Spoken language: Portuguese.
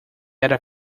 era